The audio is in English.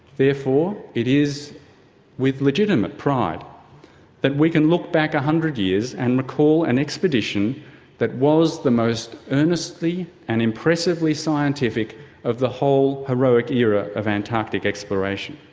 therefore it is with legitimate pride that we can look back one hundred years and recall an expedition that was the most earnestly and impressively scientific of the whole heroic era of antarctic exploration.